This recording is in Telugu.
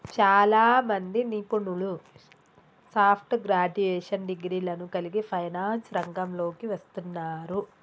చాలామంది నిపుణులు సాఫ్ట్ గ్రాడ్యుయేషన్ డిగ్రీలను కలిగి ఫైనాన్స్ రంగంలోకి వస్తున్నారు